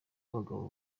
abagabo